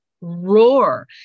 roar